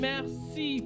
Merci